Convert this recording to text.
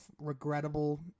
regrettable